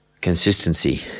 Consistency